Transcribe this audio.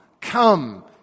come